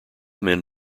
men